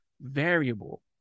variable